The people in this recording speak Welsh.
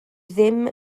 ddim